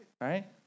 right